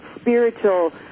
spiritual